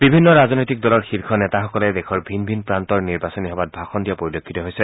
বিভিন্ন ৰাজনৈতিক দলৰ শীৰ্ষ নেতাসকলে দেশৰ ভিন ভিন প্ৰান্তৰ নিৰ্বাচনী সভাত ভাষণ দিয়া পৰিলক্ষিত হৈছে